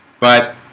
but